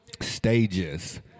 stages